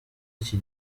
iki